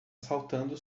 saltando